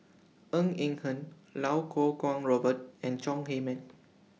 Ng Eng Hen Iau Kuo Kwong Robert and Chong Heman